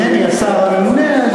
ואינני השר הממונה.